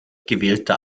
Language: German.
gewählter